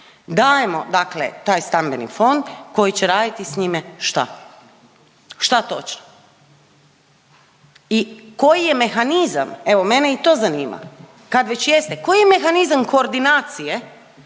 dajemo, dakle taj stambeni fond koji će raditi s njime šta? Šta točno? I koji je mehanizam, evo mene i to zanima kad već jeste koji je mehanizam koordinacije